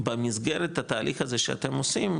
במסגרת התהליך הזה שאתם עושים,